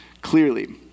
clearly